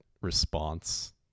response